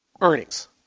Earnings